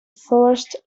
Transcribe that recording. forest